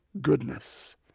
goodness